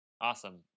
Awesome